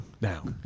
Now